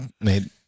made